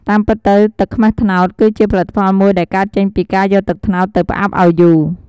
តាមពិតទៅ ទឹកខ្មេះត្នោត គឺជាផលិតផលមួយដែលកើតចេញពីការយកទឹកត្នោតទៅផ្អាប់ឱ្យយូរ។